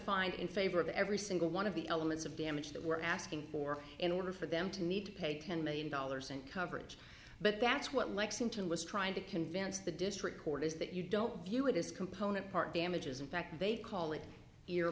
find in favor of every single one of the elements of damage that we're asking for in order for them to need to pay ten million dollars and coverage but that's what lexington was trying to convince the district court is that you don't view it as component part damages in fact they call it